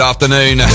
Afternoon